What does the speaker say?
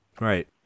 Right